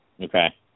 Okay